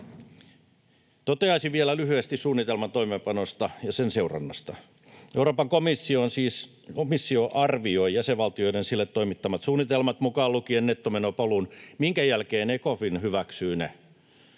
Toteaisin vielä lyhyesti suunnitelman toimeenpanosta ja sen seurannasta: Euroopan komissio siis arvioi jäsenvaltioiden sille toimittamat suunnitelmat, mukaan lukien nettomenopolun, minkä jälkeen Ecofin hyväksyy ne.